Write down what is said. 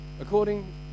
According